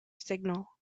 signal